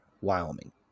Wyoming